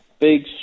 big